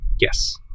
Yes